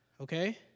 Okay